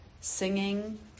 singing